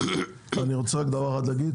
אני רוצה רק דבר אחד להגיד,